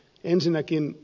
ensinnäkin